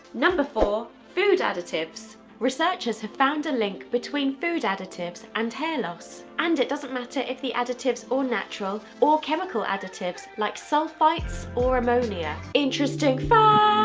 number four. food additives. researchers have found a link between food additives and hair loss and it doesn't matter if the additives are natural or chemical additives like sulphites or ammonia. interesting fact